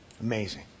amazing